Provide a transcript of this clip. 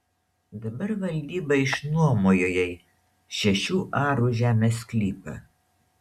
dabar valdyba išnuomojo jai šešių arų žemės sklypą